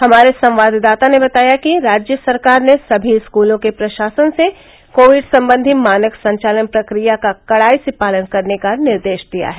हमारे संवाददाता ने बताया है कि राज्य सरकार ने सभी स्कूलों के प्रशासन से कोविड संबंधी मानक संचालन प्रक्रिया का कड़ाई से पालन करने का निर्देश दिया है